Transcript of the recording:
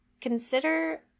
consider